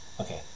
Okay